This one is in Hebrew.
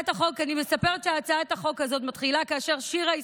אני מספרת שהצעת החוק הזאת מתחילה כאשר שירה איסקוב,